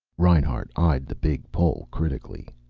reinhart eyed the big pole critically.